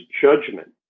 judgment